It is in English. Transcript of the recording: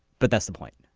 but that's the point.